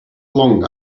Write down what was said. long